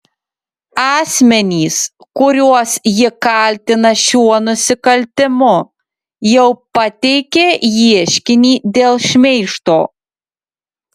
asmenys kuriuos ji kaltina šiuo nusikaltimu jau pateikė ieškinį dėl šmeižto